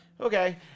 Okay